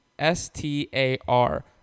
S-T-A-R